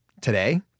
Today